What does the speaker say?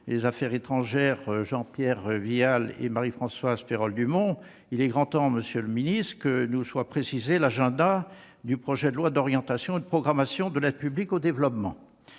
des affaires étrangères, Jean-Pierre Vial et Marie-Françoise Perol-Dumont : il est grand temps que soit précisé l'agenda du projet de loi d'orientation et de programmation relatif à l'aide publique au développement.